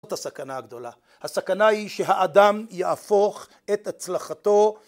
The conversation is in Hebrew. זאת הסכנה הגדולה הסכנה היא שהאדם יהפוך את הצלחתו